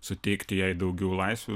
suteikti jai daugiau laisvių